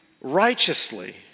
righteously